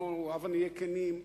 הבה נהיה כנים,